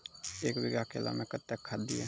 एक बीघा केला मैं कत्तेक खाद दिये?